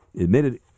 admitted